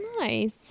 nice